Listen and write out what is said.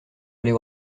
aller